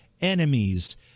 enemies